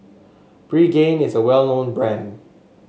pregain is a well known brand